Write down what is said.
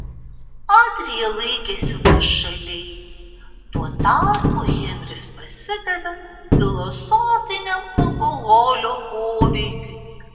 adrija laikėsi nuošaliai tuo tarpu henris pasidavė filosofiniam alkoholio poveikiui